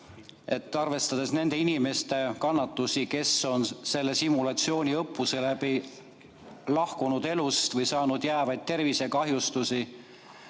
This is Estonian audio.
et arvestades nende inimeste kannatusi, kes on selle simulatsiooniõppuse läbi elust lahkunud või saanud jäävaid tervisekahjustusi,